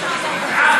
שמית,